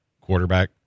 quarterback